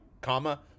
comma